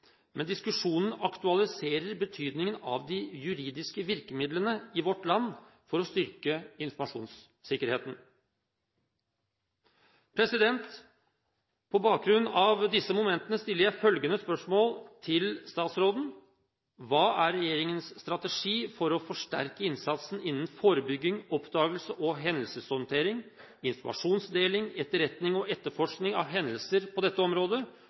men diskusjonen aktualiserer betydningen av de juridiske virkemidlene i vårt land for å styrke informasjonssikkerheten. På bakgrunn av disse momentene stiller jeg følgende spørsmål til statsråden: Hva er regjeringens strategi for å forsterke innsatsen innen forebygging, oppdagelse og hendelseshåndtering, innen informasjonsdeling, etterretning og etterforskning av hendelser på dette området?